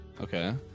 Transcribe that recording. okay